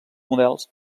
models